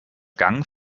gang